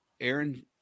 Aaron